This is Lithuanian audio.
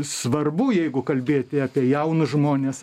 svarbu jeigu kalbėti apie jaunus žmones